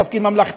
זה תפקיד ממלכתי,